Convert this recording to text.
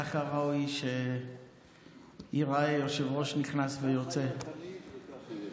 ככה ראוי שייראו יושב-ראש נכנס ויושב-ראש יוצא.